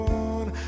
one